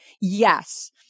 Yes